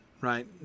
right